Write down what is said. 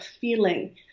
feeling